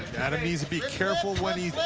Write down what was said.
adam needs to be careful what